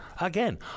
again